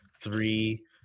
three